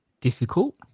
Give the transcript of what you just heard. difficult